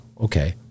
okay